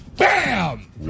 Bam